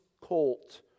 colt